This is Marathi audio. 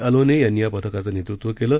अलोने यांनी या पथकाचं नेतृत्व केलं